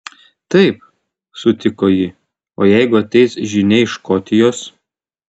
taip sutiko ji o jeigu ateis žinia iš škotijos